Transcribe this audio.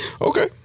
Okay